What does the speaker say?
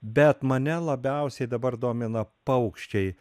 bet mane labiausiai dabar domina paukščiai